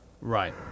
Right